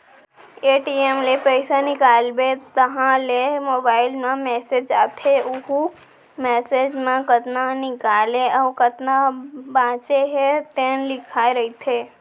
ATM ले पइसा निकालबे तहाँ ले मोबाईल म मेसेज आथे वहूँ मेसेज म कतना निकाले अउ कतना बाचे हे तेन लिखाए रहिथे